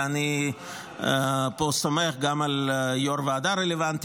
ואני פה סומך גם על יושב-ראש הוועדה הרלוונטי